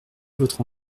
votre